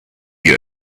you